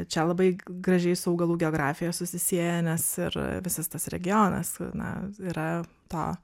čia labai gražiai su augalų geografija susisieja nes ir visas tas regionas na yra to